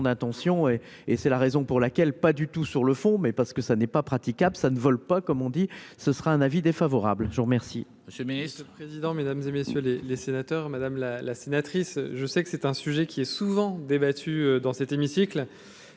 d'intention et et c'est la raison pour laquelle, pas du tout sur le fond, mais parce que ça n'est pas praticable, ça ne vole pas, comme on dit, ce sera un avis défavorable je vous remercie. Monsieur ministre-président mesdames et messieurs les laisser là. Madame la la sénatrice, je sais que c'est un sujet qui est souvent débattu dans cet hémicycle